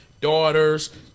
daughters